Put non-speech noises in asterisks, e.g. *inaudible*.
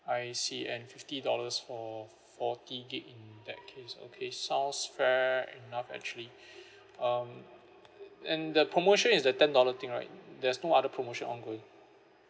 I see and fifty dollars for forty gigabytes in that case okay sounds fair enough actually *breath* um and the promotion is a ten dollar thing right there's no other promotion ongoing